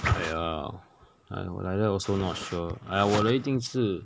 okay uh like that also not sure !aiya! 我的一定是